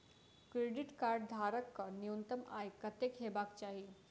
Credit card धारक कऽ न्यूनतम आय कत्तेक हेबाक चाहि?